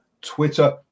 Twitter